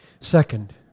Second